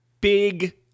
big